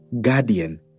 guardian